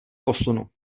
posunu